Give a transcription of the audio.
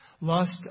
Lust